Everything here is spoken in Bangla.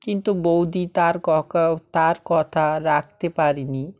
কিন্তু বৌদি তার ককা তার কথা রাখতে পারেনি